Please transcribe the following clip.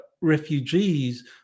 refugees